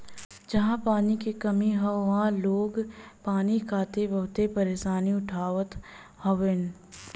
जहां पानी क कमी हौ वहां लोग पानी खातिर बहुते परेशानी उठावत हउवन